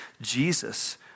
Jesus